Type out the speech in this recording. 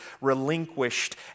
relinquished